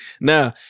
Now